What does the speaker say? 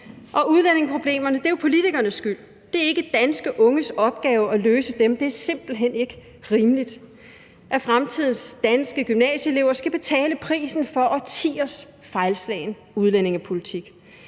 Og udlændingeproblemerne er jo politikernes skyld, det er ikke danske unges opgave at løse dem. Det er simpelt hen ikke rimeligt, at fremtidens danske gymnasieelever skal betale prisen for årtiers fejlslagen udlændingepolitik.